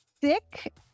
sick